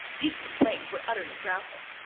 these complaints were utterly groundless.